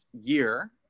year